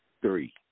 three